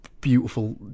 beautiful